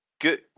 good